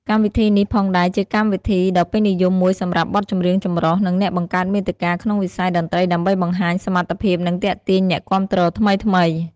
កម្មវិធីនេះផងដែរជាកម្មវិធីដ៏ពេញនិយមមួយសម្រាប់បទចម្រៀងចម្រុះ និងអ្នកបង្កើតមាតិកាក្នុងវិស័យតន្រ្តីដើម្បីបង្ហាញសមត្ថភាព និងទាក់ទាញអ្នកគាំទ្រថ្មីៗ។